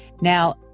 Now